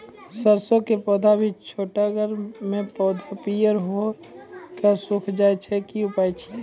सरसों के पौधा भी छोटगरे मे पौधा पीयर भो कऽ सूख जाय छै, की उपाय छियै?